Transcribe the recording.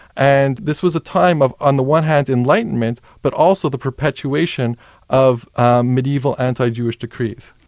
and this was a time of, on the one hand enlightenment, but also the perpetuation of ah medieval anti-jewish decrees.